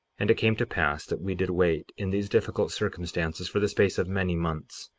and it came to pass that we did wait in these difficult circumstances for the space of many months,